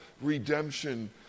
redemption